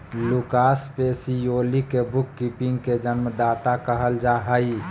Lucas Pacioli के book keeping के जन्मदाता कहल जा हइ